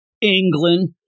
England